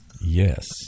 Yes